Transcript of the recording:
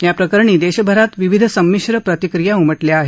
याप्रकरणी देशभरात विविध संमिश्र प्रतिक्रिया उमा क्या आहेत